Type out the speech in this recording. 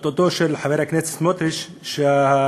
התבטאותו של חבר הכנסת סמוטריץ שהרצח,